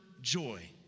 joy